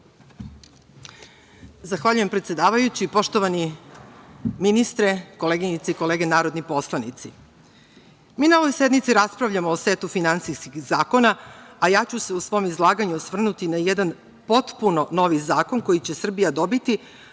Zahvaljujem predsedavajući. Poštovani ministre, koleginice i kolege narodni poslanici, mi na ovoj sednici raspravljamo o setu finansijskih zakona, a ja ću se u svom izlaganju osvrnuti na jedan potpuno novi zakon koji će Srbija dobiti,